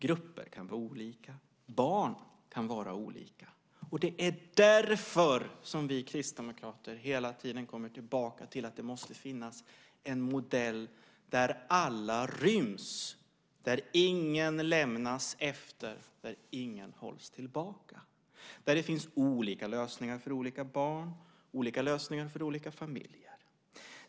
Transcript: Grupper kan vara olika. Barn kan vara olika. Och det är därför som vi kristdemokrater hela tiden kommer tillbaka till att det måste finnas en modell där alla ryms, där ingen lämnas efter och där ingen hålls tillbaka - där det finns olika lösningar för olika barn och olika lösningar för olika familjer.